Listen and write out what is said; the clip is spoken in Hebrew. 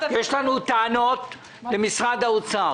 יש לנו טענות למשרד האוצר.